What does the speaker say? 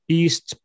east